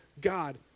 God